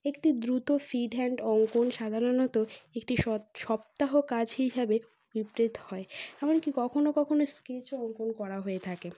একটি দ্রুত ফ্রিহ্যান্ড অঙ্কন সাধারণত একটি সপ্তাহ কাজ হিসাবে বিবৃত হয় এমনকি কখনও কখনও স্কেচও অঙ্কন করা হয়ে থাকে